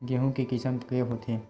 गेहूं के किसम के होथे?